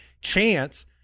chance